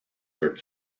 are